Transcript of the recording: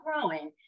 growing